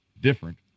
different